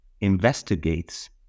investigates